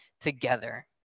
together